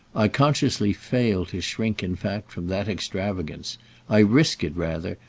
i consciously fail to shrink in fact from that extravagance i risk it rather,